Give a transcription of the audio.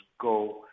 go